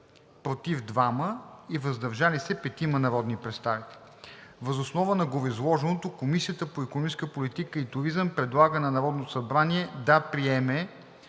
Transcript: „против” – 2 и „въздържали се” - 5 народни представители. Въз основа на гореизложеното Комисията по икономическа политика и туризъм предлага на Народното събрание да приеме